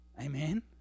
Amen